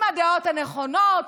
עם הדעות הנכונות.